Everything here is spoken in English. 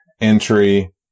entry